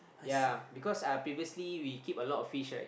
ya because uh previously we keep a lot of fish right